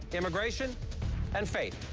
immigration and faith.